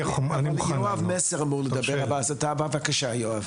יואב מסר אמור לדבר, בבקשה, יואב.